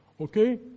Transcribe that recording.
Okay